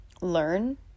learn